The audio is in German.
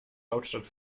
hauptstadt